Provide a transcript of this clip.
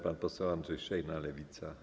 Pan poseł Andrzej Szejna, Lewica.